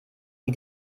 die